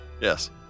Yes